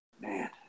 Man